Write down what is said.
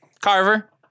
Carver